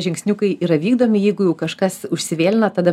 žingsniukai yra vykdomi jeigu jau kažkas užsivėlina tada